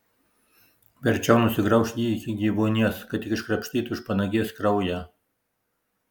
verčiau nusigrauš jį iki gyvuonies kad tik iškrapštytų iš panagės kraują